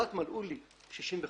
אחת מלאו לי 65,